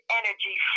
energy